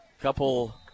couple